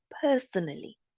personally